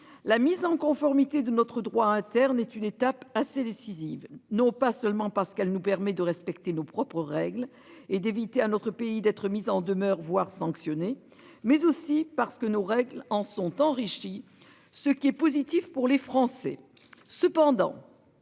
la mise en conformité de notre droit interne est une étape assez décisive non pas seulement parce qu'elle nous permet de respecter nos propres règles et d'éviter à notre pays d'être mise en demeure voir sanctionner mais aussi parce que nos règles en sont enrichis. Ce qui est positif pour les Français,